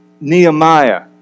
Nehemiah